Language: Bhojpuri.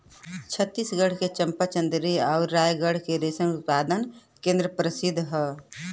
छतीसगढ़ के चंपा, चंदेरी आउर रायगढ़ के रेशम उत्पादन केंद्र प्रसिद्ध हौ